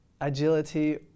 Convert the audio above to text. agility